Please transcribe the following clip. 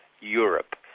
Europe